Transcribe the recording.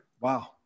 Wow